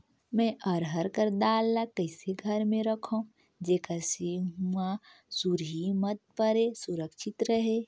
मैं अरहर कर दाल ला कइसे घर मे रखों जेकर से हुंआ सुरही मत परे सुरक्षित रहे?